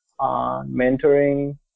mentoring